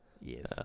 Yes